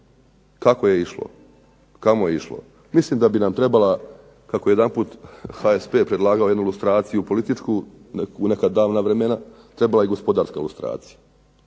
kako je išlo? Kamo je išlo? Mislim da bi nam trebala, kako je jedanput HSP predlagao jednu ilustraciju političku u neka davna vremena, trebala je gospodarska ilustracija,